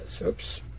Oops